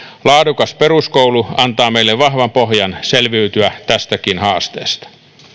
laadukas peruskoulu antaa meille vahvan pohjan selviytyä tästäkin haasteesta